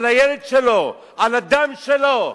על הילד שלו, על הדם שלו,